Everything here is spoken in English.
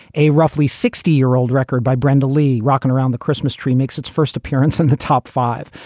a roughly sixty year old record by brenda leigh, rockin around the christmas tree makes its first appearance in the top five.